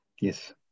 Yes